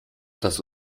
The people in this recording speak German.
das